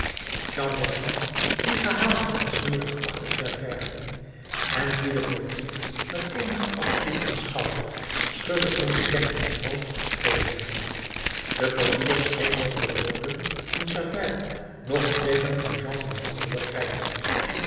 die gehavend en smerig achter javert ging en dien de portier met eenigen afschuw aanschouwde schudde ontkennend het hoofd tegen hem de portier scheen noch de woorden van javert noch het teeken van jean valjean te begrijpen